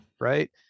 right